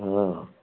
ହଁ